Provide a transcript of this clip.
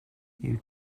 you